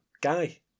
guy